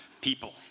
people